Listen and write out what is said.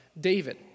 David